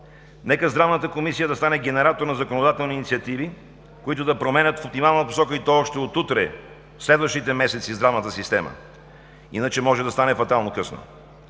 Нека Здравната комисия стане генератор на законодателни усилия, които да променят в оптимална посока, и то още от утре и в следващите месеци здравната система. Иначе може да стане фатално късно.